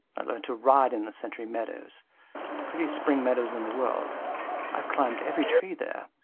i learned to ride in the centry meadows prettiest spring meadows in the world i've climbed every tree there.